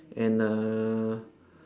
and uh